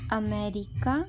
America